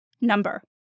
number